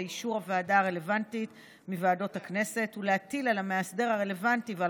לאישור הוועדה הרלוונטית מוועדות הכנסת ולהטיל על המאסדר הרלוונטי ועל